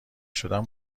شدم